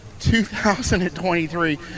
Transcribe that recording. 2023